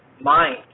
mind